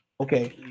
Okay